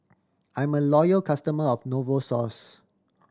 I am a loyal customer of Novosource